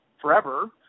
forever